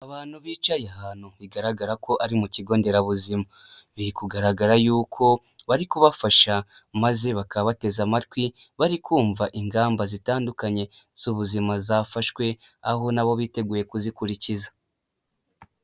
Abantu bicaye ahantu bigaragara ko ari mu kigonderabuzima biri kugaragara yuko bari kubafasha maze bakaba bateze amatwi bari kumva ingamba zitandukanye z'ubuzima zafashwe aho nabo biteguye kuzikurikiza.